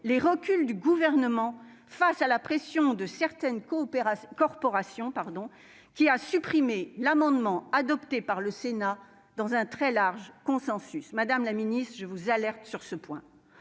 les reculs du Gouvernement face à la pression de certaines corporations, qui a entraîné la suppression de l'amendement adopté par le Sénat dans un très large consensus. Madame la ministre, je vous alerte sur ce point.